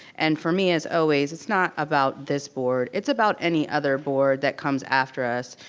and for me as always, it's not about this board. it's about any other board that comes after us.